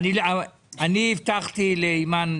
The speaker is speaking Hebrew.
אני הבטחתי לאימאן.